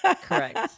correct